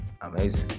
amazing